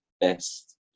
best